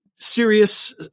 serious